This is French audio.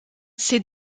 c’est